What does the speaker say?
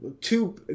two